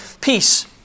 peace